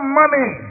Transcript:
money